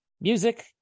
music